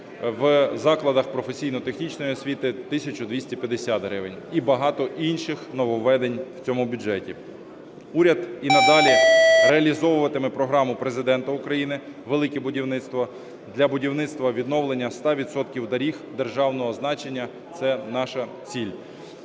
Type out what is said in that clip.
в закладах професійно-технічної освіти – 1 тисяча 250 гривень. І багато інших нововведень в цьому бюджеті. Уряд і надалі реалізовуватиме програму Президента України "Велике будівництво" для будівництва. Відновлення 100 відсотків доріг державного значення – це наша ціль.